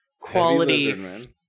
quality